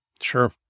Sure